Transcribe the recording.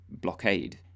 blockade